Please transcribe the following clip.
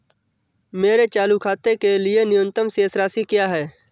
मेरे चालू खाते के लिए न्यूनतम शेष राशि क्या है?